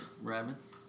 rabbits